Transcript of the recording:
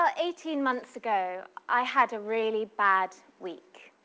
ah eighteen months ago, i had a really bad week.